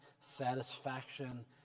satisfaction